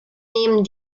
nehmen